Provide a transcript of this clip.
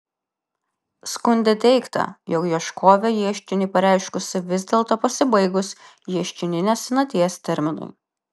skunde teigta jog ieškovė ieškinį pareiškusi vis dėlto pasibaigus ieškininės senaties terminui